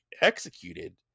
executed